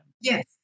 Yes